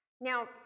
Now